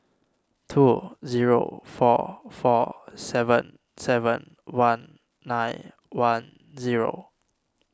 two zero four four seven seven one nine one zero